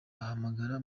bahamagara